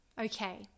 okay